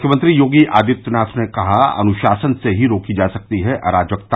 मुख्यमंत्री योगी आदित्यनाथ ने कहा अनुशासन से ही रोकी जा सकती है अराजकता